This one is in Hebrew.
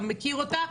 אתה מכיר אותה.